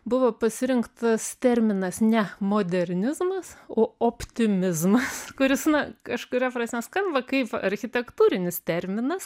buvo pasirinktas terminas ne modernizmas o optimizmas kuris na kažkuria prasme skamba kaip architektūrinis terminas